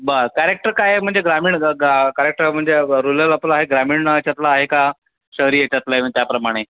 बर कॅरेक्टर काय आहे म्हणजे ग्रामीण ग् गा कॅरेक्टर म्हणजे ब् रुरल आपलं आहे ग्रामीण याच्यातलं आहे का शहरी याच्यातलं आहे म्हए त्याप्रमाणे